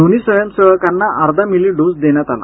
दोन्ही स्वयंसेवकांना अर्धा मिली डोस देण्यात आला